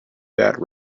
that